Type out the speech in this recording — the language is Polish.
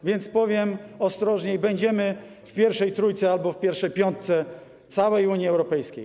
A więc powiem ostrożniej: będziemy w pierwszej trójce albo w pierwszej piątce całej Unii Europejskiej.